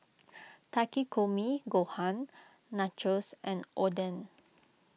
Takikomi Gohan Nachos and Oden